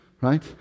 right